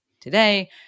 today